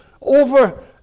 over